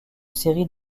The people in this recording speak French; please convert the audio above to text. série